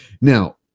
Now